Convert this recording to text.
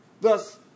Thus